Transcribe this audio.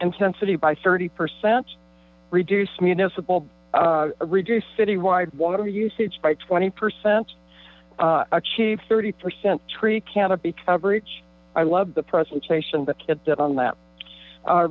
intensity by thirty percent reduce municipal reduce citywide water usage by twenty percent achieve thirty percent tree canopy coverage i love the presentation that kid that on that